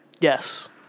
Yes